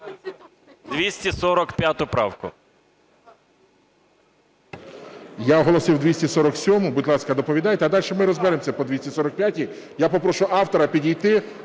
245 правку.